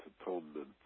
atonement